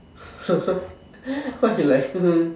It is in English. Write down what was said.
what a life